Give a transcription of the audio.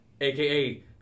aka